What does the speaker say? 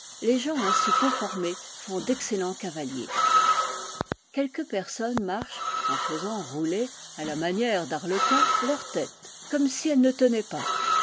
les gens ainsi conformés font d'excellents cavaliers quelques personnes marchent en faisant rouler à la manière d'arlequin leur tête comme si elle ne tenait pas